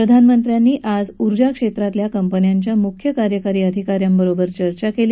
प्रधानमंत्र्यांनी आज ऊर्जा क्षप्पितल्या कंपन्यांच्या मुख्य कार्यकारी अधिकाऱ्यांबरोबर चर्चा केली